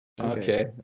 okay